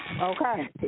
okay